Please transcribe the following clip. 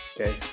Okay